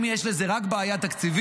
אם יש לזה רק בעיה תקציבית,